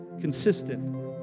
consistent